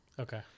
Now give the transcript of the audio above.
okay